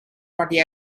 party